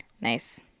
nice